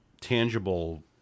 tangible